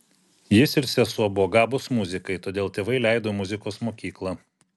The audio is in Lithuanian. jis ir sesuo buvo gabūs muzikai todėl tėvai leido į muzikos mokyklą